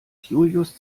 julius